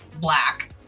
black